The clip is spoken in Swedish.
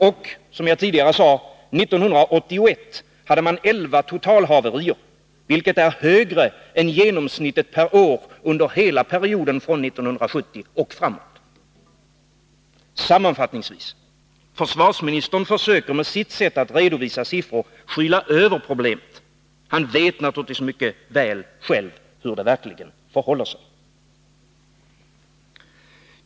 Och —-som jag tidigare sagt — 1981 hade man 11 totalhaverier, vilket är högre än genomsnittet per år under hela perioden från 1970 och framåt. Sammanfattningsvis vill jag säga: Försvarsministern försöker med sitt sätt att redovisa siffror skyla över problemet. Han vet naturligtvis själv mycket väl hur det verkligen förhåller sig.